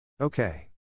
Okay